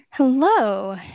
Hello